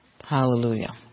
Hallelujah